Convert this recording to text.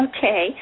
Okay